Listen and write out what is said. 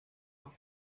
los